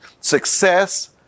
success